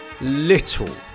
little